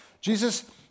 Jesus